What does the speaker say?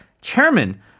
Chairman